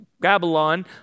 Babylon